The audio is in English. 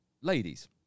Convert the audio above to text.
ladies